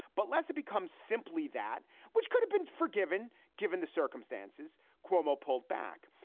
but less it becomes simply that which could have been forgiven given the circumstances cuomo pulled back.